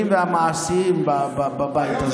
הוא אחד הטובים וההגיוניים והמעשיים בבית הזה.